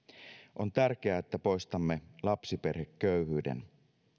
on tärkeää että poistamme lapsiperheköyhyyden